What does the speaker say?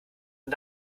den